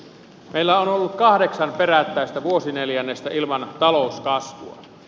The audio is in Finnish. meillä on ollut kahdeksan perättäistä vuosineljännestä ilman talouskasvua